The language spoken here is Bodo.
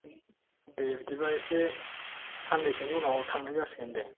दे बिदिबा एसे साननैसोनि उनाव थांनाय जासिगोन दे